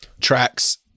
tracks